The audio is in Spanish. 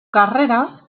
carrera